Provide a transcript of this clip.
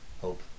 Hope